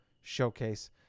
showcase